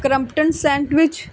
crumpet sandwich